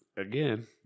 Again